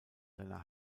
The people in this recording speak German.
seiner